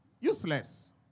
Useless